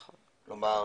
כלומר,